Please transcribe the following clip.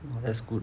that's good